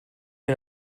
mir